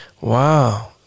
Wow